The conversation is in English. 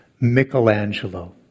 Michelangelo